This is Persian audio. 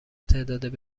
تعداد